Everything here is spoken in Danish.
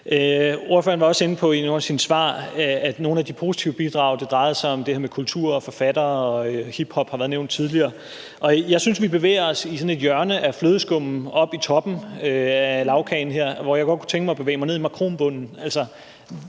af sine svar også inde på nogle af de positive bidrag – det drejer sig om det her med kultur, forfattere og hiphop, som har været nævnt tidligere – og jeg synes, vi bevæger os i et hjørne af flødeskummen oppe i toppen af lagkagen her, hvor jeg godt kunne tænke mig at bevæge mig ned i makronbunden.